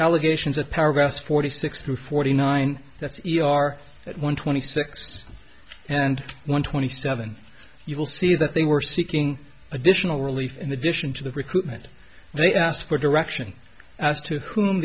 allegations of paragraphs forty six through forty nine that's e r that one twenty six and one twenty seven you will see that they were seeking additional relief in addition to the recruitment they asked for directions as to whom